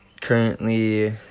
currently